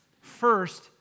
First